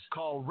Call